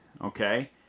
Okay